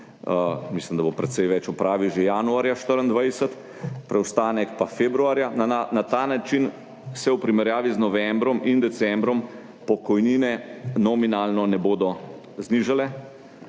mislim, da bo precej več, opravi že januarja 2024, preostanek pa februarja. Na ta način se v primerjavi z novembrom in decembrom pokojnine nominalno ne bodo znižale.